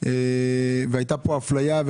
והייתה פה אפליה.